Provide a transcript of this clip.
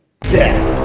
Death